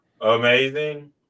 amazing